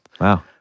wow